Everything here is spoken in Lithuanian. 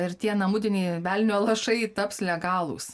ir tie namudiniai velnio lašai taps legalūs